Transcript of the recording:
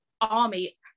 army